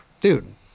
dude